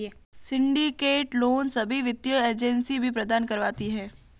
syndicate loan सभी वित्तीय agency भी प्रदान करवाती है